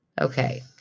Okay